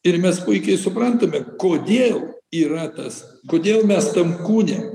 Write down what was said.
ir mes puikiai suprantame kodėl yra tas kodėl mes tam kūne